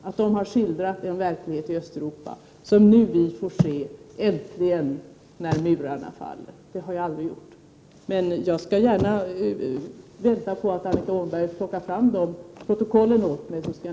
De har aldrig skildrat den verklighet som vi nu äntligen får se när murarna faller. Om Annika Åhnberg plockar fram de protokoll som visar motsatsen, skall jag naturligtvis titta på dem.